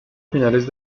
finales